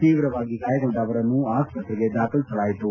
ತೀವ್ರವಾಗಿ ಗಾಯಗೊಂಡ ಅವರನ್ನು ಆಸ್ವತ್ರೆಗೆ ದಾಖಲಿಸಲಾಯಿತು